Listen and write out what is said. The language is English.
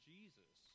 Jesus